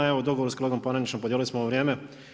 Evo dogovor, sa kolegom Panenićom podijelili smo ovo vrijeme.